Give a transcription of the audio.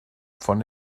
von